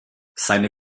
seine